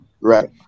Right